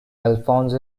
alphonse